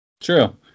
True